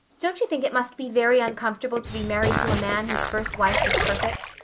don't you think it must be very uncomfortable to be married to a man whose first wife was perfect?